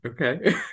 Okay